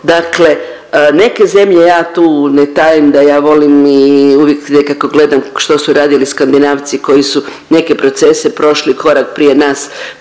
Dakle neke zemlje ja tu ne tajim da ja volim i uvijek nekako gledam što su radili Skandinavci koji su neke procese prošli korak prije nas